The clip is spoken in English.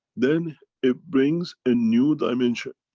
then it brings a new dimension.